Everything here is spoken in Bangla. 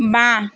বাঁ